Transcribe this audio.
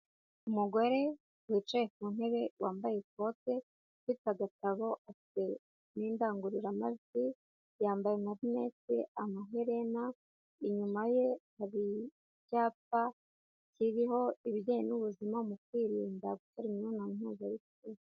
Umugore wicaye ku ntebe wambaye ikote, ufite agatabo afite n'indangururamajwi, yambaye amarinete, amaherena, inyuma ye hari icyapa kiriho ibijyanye n'ubuzima mu kwirinda gukora imibonano mpuzabitsina.